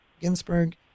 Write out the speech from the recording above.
Ginsburg